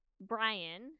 Brian